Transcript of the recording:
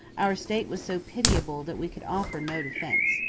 our state was so pitiable that we could offer no defence.